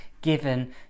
given